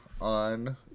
on